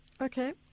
Okay